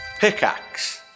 Pickaxe